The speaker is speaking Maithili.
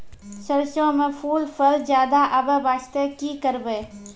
सरसों म फूल फल ज्यादा आबै बास्ते कि करबै?